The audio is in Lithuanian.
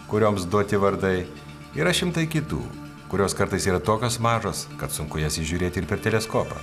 kurioms duoti vardai yra šimtai kitų kurios kartais yra tokios mažos kad sunku jas įžiūrėti ir per teleskopą